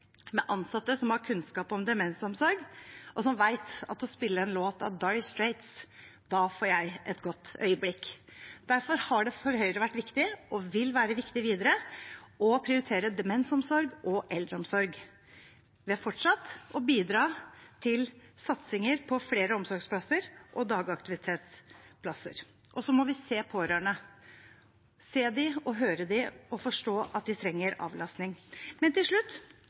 med ansatte som har kunnskap om demensomsorg, og som vet at ved å spille en låt av Dire Straits får jeg et godt øyeblikk. Derfor har det for Høyre vært viktig, og vil være viktig videre, å prioritere demensomsorg og eldreomsorg ved fortsatt å bidra til satsinger på flere omsorgsplasser og dagaktivitetsplasser. Og vi må se pårørende – se dem og høre dem og forstå at de trenger avlastning. Til slutt: